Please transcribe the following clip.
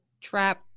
trap